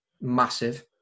massive